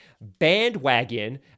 bandwagon